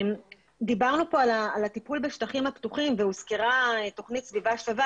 דיברנו על טיפול בשטחים הפתוחים והוזכרה תוכנית "סביבה שווה".